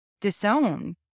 disown